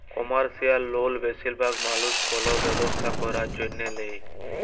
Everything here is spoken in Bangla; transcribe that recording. কমার্শিয়াল লল বেশিরভাগ মালুস কল ব্যবসা ক্যরার জ্যনহে লেয়